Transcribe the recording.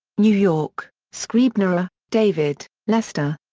new york scribner. ah david, lester.